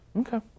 Okay